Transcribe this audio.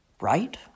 right